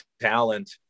talent